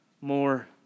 more